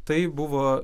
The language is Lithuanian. tai buvo